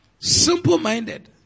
simple-minded